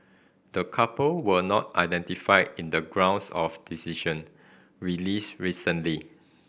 the couple were not identified in the grounds of decision released recently